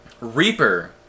reaper